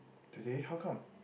today how come